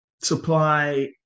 supply